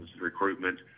recruitment